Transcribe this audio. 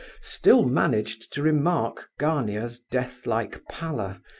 still managed to remark gania's death-like pallor,